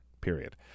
period